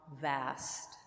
vast